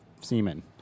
semen